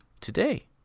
today